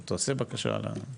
מבחינת שיקום המוזיאון?